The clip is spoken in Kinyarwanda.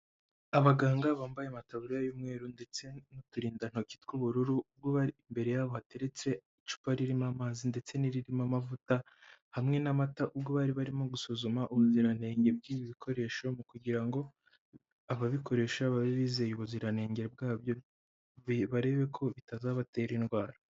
Abaganga bambaye amataburiya y'umweru, ndetse n'uturindantoki tw'ubururu, ubwo bari imbere yabo hateretse icupa ririmo amazi, ndetse n'iririmo amavuta, hamwe n'amata, ubwo bari barimo gusuzuma ubuziranenge bw'ibi bikoresho, mu kugira ngo ababikoresha babe bizeye ubuziranenge bwabyo, barebe ko bitazabatera indwara.